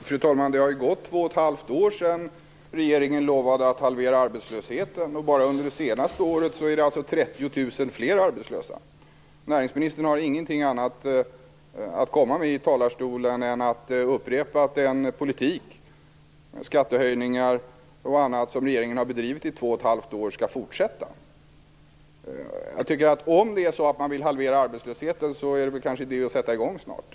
Fru talman! Det har gått två och ett halvt år sedan regeringen lovade att halvera arbetslösheten. Bara under det senaste året har alltså 30 000 fler blivit arbetslösa. Näringsministern har ingenting annat att komma med i talarstolen än att upprepa att den politik, med skattehöjningar och annat, som regeringen har bedrivit i två och ett halvt år skall fortsätta. Om man vill halvera arbetslösheten är det kanske idé att sätta i gång snart.